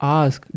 ask